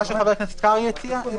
מה שחבר הכנסת קרעי הציע?